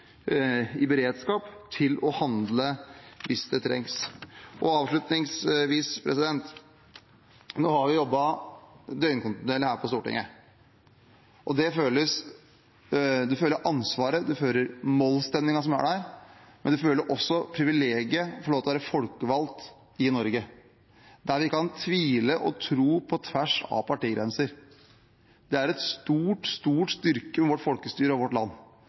i beredskap til å handle hvis det trengs. Avslutningsvis: Nå har vi jobbet døgnkontinuerlig her på Stortinget. Man føler ansvaret, man føler mollstemningen som er her. Men man føler også på det privilegiet det er å få lov til å være folkevalgt i Norge, der vi kan tvile og tro på tvers av partigrenser. Det er en stor styrke for vårt folkestyre og vårt land